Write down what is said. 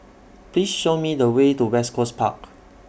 Please Show Me The Way to West Coast Park